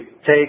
take